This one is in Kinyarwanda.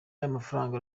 n’amafaranga